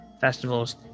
festivals